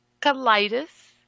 colitis